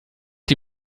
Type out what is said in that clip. die